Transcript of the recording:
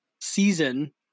season